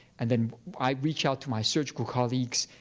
and then i reach out to my surgical colleagues,